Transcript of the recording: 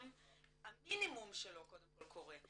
שנים, המינימום שלו קודם כל קורה.